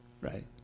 right